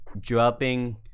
dropping